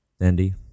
Andy